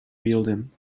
building